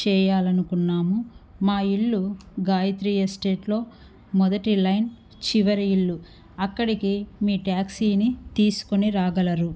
చేయాలి అనుకున్నాము మా ఇల్లు గాయత్రి ఎస్టేట్లో మొదటి లైన్ చివరి ఇల్లు అక్కడికి మీ ట్యాక్సీని తీసుకొని రాగలరు